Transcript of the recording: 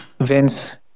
Vince